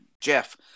Jeff